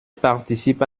participe